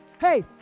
Hey